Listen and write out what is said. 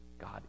God